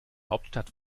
hauptstadt